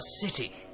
city